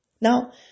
Now